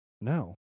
No